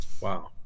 Wow